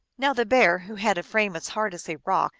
now the bear, who had a frame as hard as a rock,